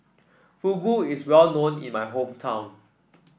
fugu is well known in my hometown